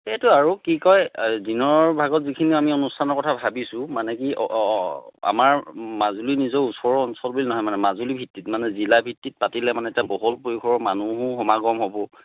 সেইটোৱে আৰু কি কয় দিনৰ ভাগত যিখিনি আমি অনুষ্ঠানৰ কথা ভাবিছোঁ মানে কি আমাৰ মাজুলীত নিজেও ওচৰৰ অঞ্চল বুলি নহয় মানে মাজুলী ভিত্তিত মানে জিলা ভিত্তিত পাতিলে মানে তাত বহল প্ৰয়োগৰ মানুহো সমাগম হ'ব